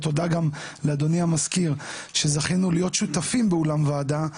ותודה גם לאדוני המזכיר שזכינו להיות שותפים באולם ועדה,